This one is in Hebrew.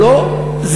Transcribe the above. הוא לא זז,